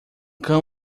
cão